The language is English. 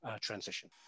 transition